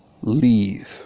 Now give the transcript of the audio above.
leave